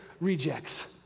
rejects